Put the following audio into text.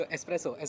Espresso